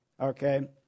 Okay